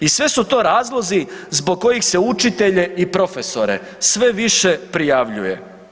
I sve su to razlozi zbog kojih se učitelje i profesore sve više prijavljuje.